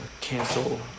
cancel